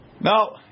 No